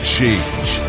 change